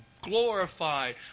glorified